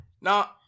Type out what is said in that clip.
Now